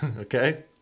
Okay